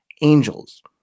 angels